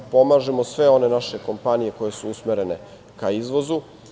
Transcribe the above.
Pomažemo sve one naše kompanije koje su usmerene ka izvozu.